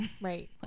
Right